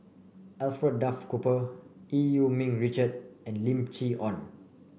Alfred Duff Cooper Eu Yee Ming Richard and Lim Chee Onn